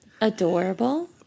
Adorable